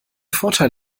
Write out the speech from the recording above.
vorteil